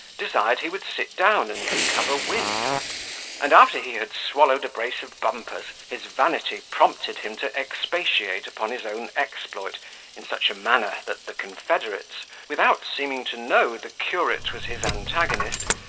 desired he would sit down and recover wind and after he had swallowed a brace of bumpers, his vanity prompted him to expatiate upon his own exploit in such a manner, that the confederates, without seeming to know the curate was his antagonist,